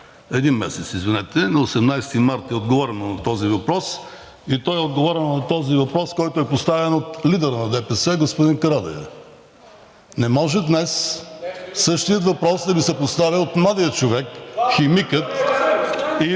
същият въпрос, на 18 март е отговорено на този въпрос, и то е отговорено на този въпрос, който е поставен от лидера на ДПС господин Карадайъ. Не може днес същият въпрос да ми се поставя от младия човек, химика, и